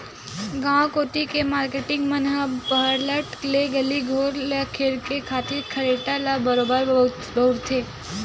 गांव कोती के मारकेटिंग मन ह पहट ले गली घोर ल खरेरे खातिर खरेटा ल बरोबर बउरथे